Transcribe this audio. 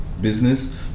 business